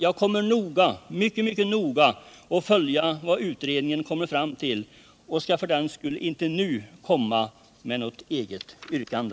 Jag ämnar mycket noga följa vad utredningen kommer till och skall för den skull inte nu ställa något eget yrkande.